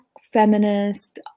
feminist